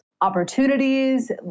opportunities